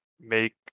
make